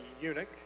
eunuch